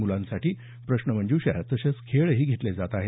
मुलांसाठी प्रश्नमंज्षा तसंच खेळही घेतले जाणार आहेत